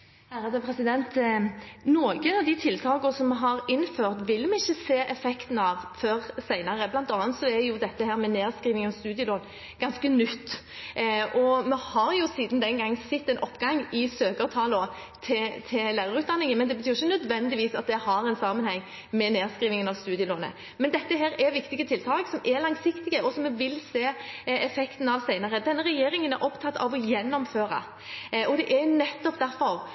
av de tiltakene vi har innført, vil vi ikke se effekten av før senere. Blant annet er nedskriving av studielån ganske nytt. Vi har siden den gang sett en økning i søkertallene til lærerutdanningen, men det har ikke nødvendigvis sammenheng med nedskrivingen av studielånet. Dette er viktige tiltak som er langsiktige, og som vi vil se effekten av senere. Denne regjeringen er opptatt av å gjennomføre, og det er nettopp derfor